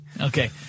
Okay